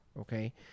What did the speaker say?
okay